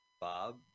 Bob